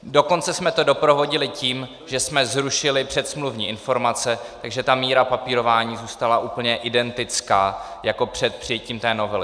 Dokonce jsme to doprovodili tím, že jsme zrušili předsmluvní informace, takže ta míra papírování zůstala úplně identická jako před přijetím té novely.